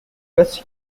west